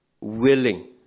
willing